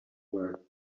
were